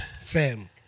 Fam